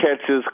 catches